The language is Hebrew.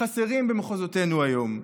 חסרים במחוזותינו היום.